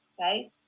Okay